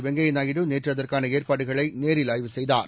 வெங்கைய நாயுடு நேற்று அதற்கான ஏற்பாடுகளை நேரில் ஆய்வு செய்தார்